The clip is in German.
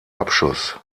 abschuss